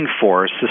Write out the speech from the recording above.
force